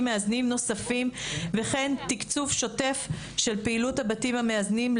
מאזנים נוספים וכן תקצוב שוטף של פעילות הבתים המאזנים.